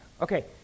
Okay